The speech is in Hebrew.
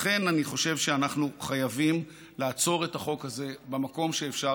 לכן אני חושב שאנחנו חייבים לעצור את החוק הזה במקום שאפשר